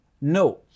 No